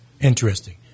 interesting